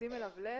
לשים אליו לב,